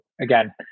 again